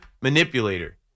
manipulator